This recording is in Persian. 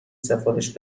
سفارش